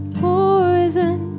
poison